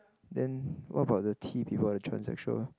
then what about the T people who are transsexual